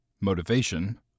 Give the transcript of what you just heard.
motivation